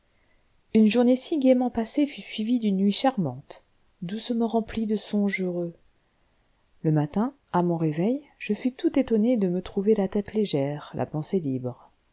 une journée si gaiement passée fut suivie d'une nuit charmante doucement remplie de songes heureux le matin à mon réveil je fus tout étonné de me trouver la tête légère la pensée libre